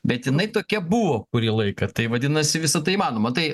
bet jinai tokia buvo kurį laiką tai vadinasi visa tai įmanoma tai